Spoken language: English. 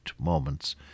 moments